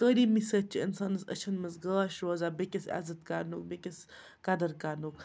تعلیٖمے سۭتۍ چھِ اِنسانَس أچھَن منٛز گاش روزان بیٚکِس عزت کَرنُک بیٚکِس قدٕر کَرنُک